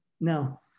now